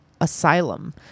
asylum